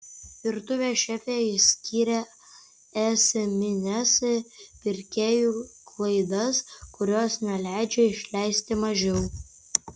virtuvės šefė išskyrė esmines pirkėjų klaidas kurios neleidžia išleisti mažiau